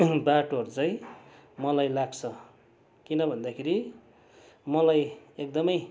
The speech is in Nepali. बाटोहरू चाहिँ मलाई लाग्छ किन भन्दाखेरि मलाई एकदमै